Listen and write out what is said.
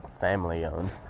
family-owned